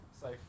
Safe